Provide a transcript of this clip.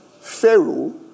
Pharaoh